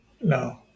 No